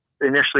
initially